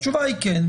התשובה היא כן.